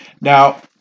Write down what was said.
now